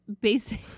basic